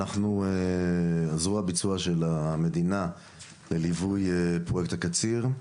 אנחנו הזרוע ביצוע של המדינה לליווי פרויקט הקציר,